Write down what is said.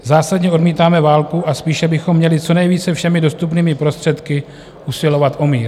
Zásadně odmítáme válku a spíše bychom měli co nejvíce všemi dostupnými prostředky usilovat o mír.